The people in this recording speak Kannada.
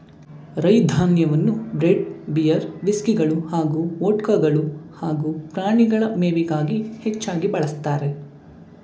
ರೈ ಧಾನ್ಯವನ್ನು ಬ್ರೆಡ್ ಬಿಯರ್ ವಿಸ್ಕಿಗಳು ಹಾಗೂ ವೊಡ್ಕಗಳು ಹಾಗೂ ಪ್ರಾಣಿಗಳ ಮೇವಿಗಾಗಿ ಹೆಚ್ಚಾಗಿ ಬಳಸ್ತಾರೆ